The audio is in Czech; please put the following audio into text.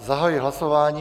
Zahajuji hlasování.